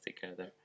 together